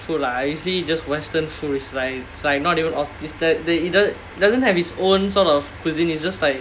food lah I usually just western food is like it's like not even aut~ is that they it doesn't it doesn't have it's own sort of cuisine it's just like